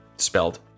spelled